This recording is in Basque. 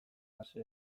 ase